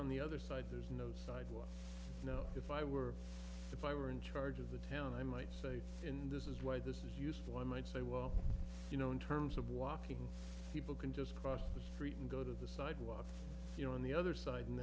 on the other side there's no sidewalks no if i were if i were in charge of the town i might stay in this is why this is useful i might say well you know in terms of walking people can just cross the street and go to the sidewalk you know on the other side and